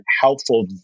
helpful